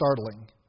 startling